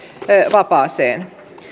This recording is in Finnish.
vapaaseen